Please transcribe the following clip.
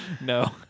No